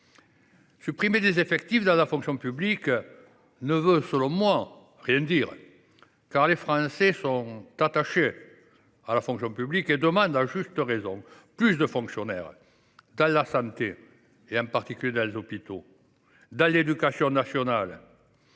Supprimer des effectifs de la fonction publique ne veut, selon moi, rien dire, car les Français sont attachés à la fonction publique et demandent à juste raison plus de fonctionnaires pour la santé, en particulier dans les hôpitaux, pour l’éducation, pour les